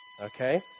Okay